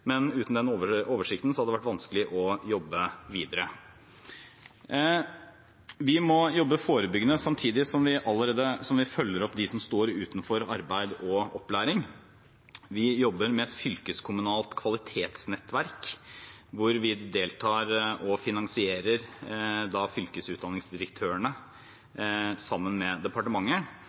å jobbe videre. Vi må jobbe forebyggende samtidig som vi følger opp dem som står utenfor arbeid og opplæring. Vi jobber med Fylkeskommunalt kvalitetsnettverk, hvor vi deltar og finansierer fylkesutdanningsdirektørene sammen med departementet.